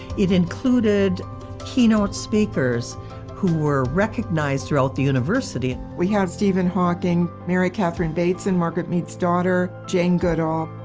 it included keynote speakers who were recognized throughout the university. we had stephen hawking, mary catherine bateson margaret mead's daughter jane goodall.